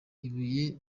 ibuye